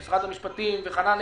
שמשרד המשפטים יקבע